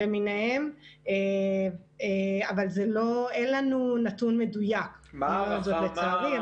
למיניהם, אבל אין לנו נתון מדויק, לצערי.